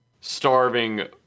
starving